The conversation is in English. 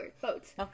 boats